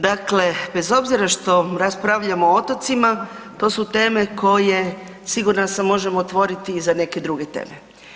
Dakle, bez obzira što raspravljamo o otocima to su teme koje sigurna sam možemo otvoriti i za neke druge teme.